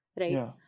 right